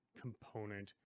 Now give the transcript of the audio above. component